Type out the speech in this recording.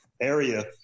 area